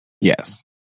Yes